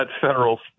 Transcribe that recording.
federal